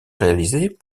réalisés